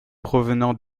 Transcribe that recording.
provenant